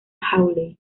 hawley